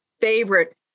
favorite